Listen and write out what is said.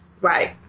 Right